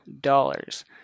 dollars